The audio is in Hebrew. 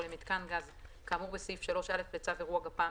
למיתקן גז כאמור בסעיף 3(א) לצו אירוע גפ"מ,